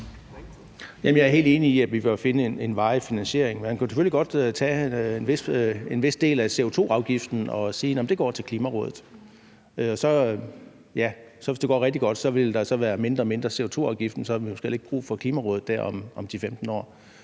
Jeg er helt enig i, at vi bør finde en varig finansiering. Man kunne selvfølgelig godt tage en vis del af CO2-afgiften og sige, at den går til Klimarådet. Så hvis det går rigtig godt, ville der være mindre og mindre CO2-afgift, og så havde vi måske heller ikke brug for Klimarådet om 10-15 år.